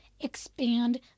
expand